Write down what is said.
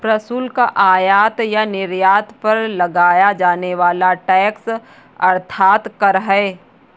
प्रशुल्क, आयात या निर्यात पर लगाया जाने वाला टैक्स अर्थात कर है